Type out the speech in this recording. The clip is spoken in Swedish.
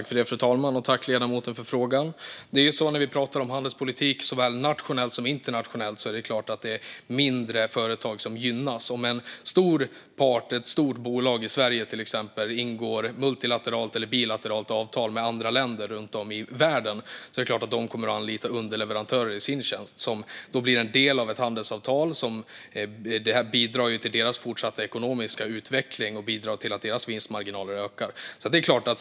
Fru talman! Jag tackar ledamoten för frågan. Oavsett om vi pratar om nationell eller internationell handelspolitik är det klart att mindre företag gynnas. Om vi ingår multilaterala eller bilaterala handelsavtal med andra länder runt om i världen är det klart att en stor part i Sverige, till exempel ett stort bolag, kommer att anlita underleverantörer och ta dem i sin tjänst. Det här bidrar till deras fortsatta ekonomiska utveckling och till att deras vinstmarginaler ökar.